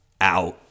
out